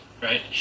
right